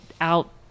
out